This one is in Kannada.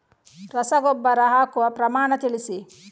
ರಸಗೊಬ್ಬರ ಹಾಕುವ ಪ್ರಮಾಣ ತಿಳಿಸಿ